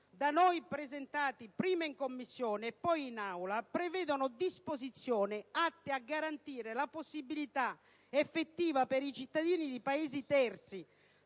da noi presentati prima in Commissione e poi in Aula, prevedono disposizioni atte a garantire la possibilità effettiva per i cittadini di Paesi terzi